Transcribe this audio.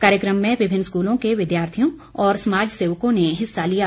कार्यक्रम में विभिन्न स्कूलों के विद्यार्थियों और समाज सेवकों ने हिस्सा लिया